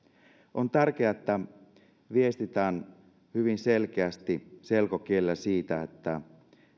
on tärkeää että viestitään hyvin selkeästi selkokielellä siitä että